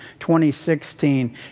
2016